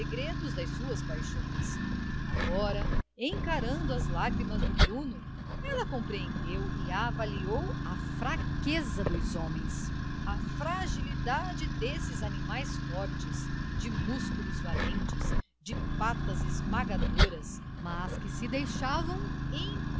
segredos das suas paixões agora encarando as lágrimas do bruno ela compreendeu e avaliou a fraqueza dos homens a fragilidade desses animais fortes de músculos valentes de patas esmagadoras mas que se deixavam